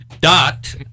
dot